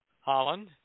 Holland